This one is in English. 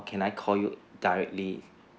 can I call you directly